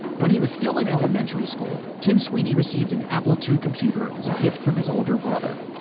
when he was still in elementary school, tim sweeney received an apple two computer as a gift from his older brother.